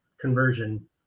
conversion